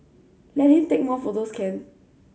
let him take more photos can